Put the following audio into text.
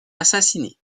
assassiné